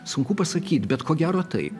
sunku pasakyt bet ko gero tai